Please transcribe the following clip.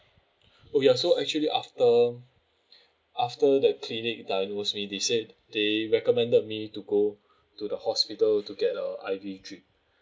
oh ya so actually after after the clinic diagnosed me they said they recommended me to go to the hospital to get a I_V drip